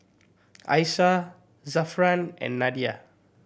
Aisyah Zafran and Nadia